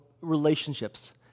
relationships